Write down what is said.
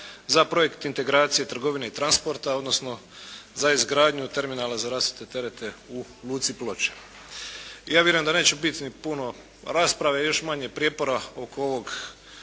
za projekt integracije, trgovine i transporta, odnosno za izgradnju terminala za rasute terete u Luci Ploče. Ja vjerujem da neće biti niti puno rasprave i još manje prijepora oko ovog